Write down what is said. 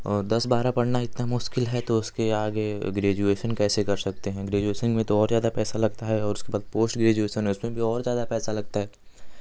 और दस बारह पढ़ना इतना मुश्किल है तो उसके आगे ग्रेजुएसन कैसे कर सकते हैं ग्रेजुएसन में तो और ज़्यादा पैसा लगता है और उसके बाद पोष्ट ग्रेजुएसन है उसमें भी और ज़्यादा पैसा लगता है